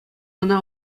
ӑна